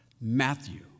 Matthew